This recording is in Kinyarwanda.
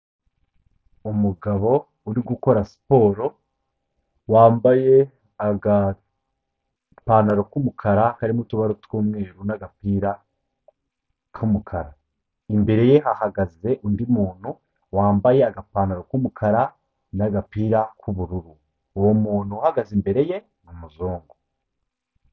Umugabo uri gukora siporo wambaye agapantaro k'umukara karimo utubara tw'umweru n'agapira k'umukara, imbere ye hahagaze undi muntu wambaye agapantaro k'umukara n'agapira k'ubururu. Uwo muntu uhagaze imbere ye ni umuzungu.